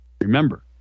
Remember